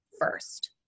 first